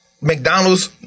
McDonald's